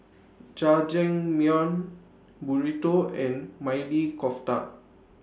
Jajangmyeon Burrito and Maili Kofta